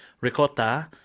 ricotta